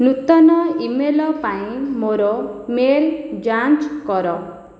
ନୂତନ email ପାଇଁ ମୋର ମେଲ୍ ଯାଞ୍ଚ କର